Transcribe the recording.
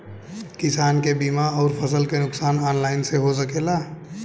किसान के बीमा अउर फसल के नुकसान ऑनलाइन से हो सकेला?